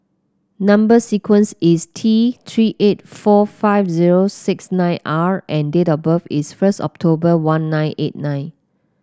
number sequence is T Three eight four five zero six nine R and date of birth is first October one nine eight nine